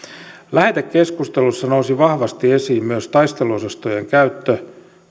lähetekeskustelussa nousi vahvasti esiin myös taisteluosastojen käyttö